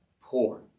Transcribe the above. poor